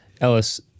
Ellis